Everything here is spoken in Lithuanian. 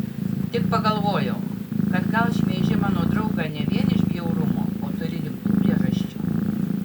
tik pagalvojau kad gal šmeiži mano draugą ne vien iš bjaurumo o turi rimtų priežasčių